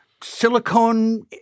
Silicone